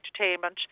entertainment